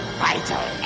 vital